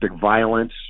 violence